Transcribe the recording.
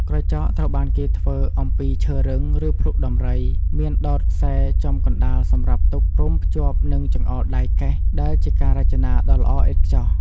ក្រចកត្រូវបានគេធ្វើអំពីឈើរឹង ឬភ្លុកដំរី មានដោតខ្សែចំកណ្ដាល សម្រាប់ទុក រុំភ្ជាប់នឹងចង្អុលដៃកេះ ដែលជាការរចនាដ៏ល្អឥតខ្ចោះ។